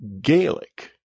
Gaelic